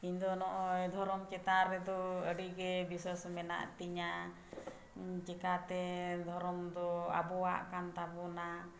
ᱤᱧ ᱫᱚ ᱱᱚᱜᱼᱚᱭ ᱫᱷᱚᱨᱚᱢ ᱪᱮᱛᱟᱱ ᱨᱮᱫᱚ ᱟᱹᱰᱤ ᱜᱮ ᱵᱤᱥᱟᱹᱥ ᱢᱮᱱᱟᱜ ᱛᱤᱧᱟᱹ ᱪᱤᱠᱟᱹᱛᱮ ᱫᱷᱚᱨᱚᱢ ᱫᱚ ᱟᱵᱚᱣᱟᱜ ᱠᱟᱱ ᱛᱟᱵᱚᱱᱟ